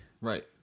Right